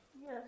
Yes